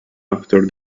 after